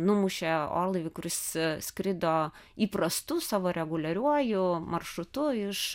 numušė orlaivį kuris skrido įprastu savo reguliariuoju maršrutu iš